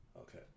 Okay